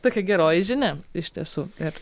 tokia geroji žinia iš tiesų ir